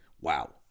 Wow